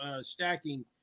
stacking